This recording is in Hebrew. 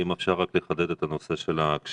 אם אפשר רק לחדד את נושא הקשישים,